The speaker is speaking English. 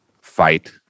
fight